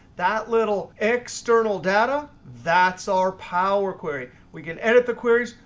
that little external data, that's our power query. we can edit the queries.